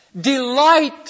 delight